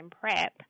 Prep